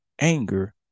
anger